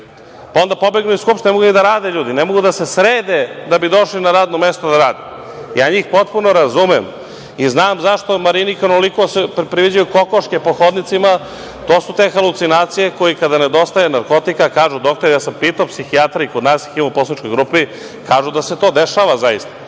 pa onda pobegnu iz Skupštine, ne mogu ni da rade ljudi, ne mogu ni da se srede da bi došli na radno mesto da rade. Ja njih potpuno razumem i znam zašto se Mariniki onoliko priviđaju kokoške po hodnicima. To su te halucinacije koje… Kada im nedostaje narkotika, kažu doktori, ja sam pitao psihijatra i kod nas ih ima u poslaničkoj grupi, kažu da se to dešava.